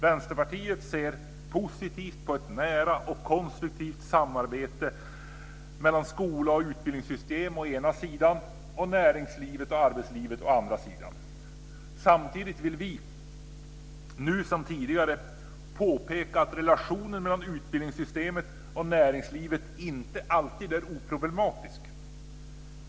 Vänsterpartiet ser positivt på ett nära och konstruktivt samarbete mellan skola och utbildningssystem å ena sidan och näringslivet och arbetslivet å andra sidan. Samtidigt vill vi, nu som tidigare, påpeka att relationen mellan utbildningssystemet och näringslivet inte alltid är oproblematisk.